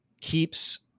keeps